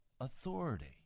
authority